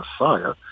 Messiah